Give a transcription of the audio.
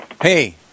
Hey